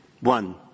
one